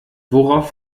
worauf